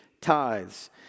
tithes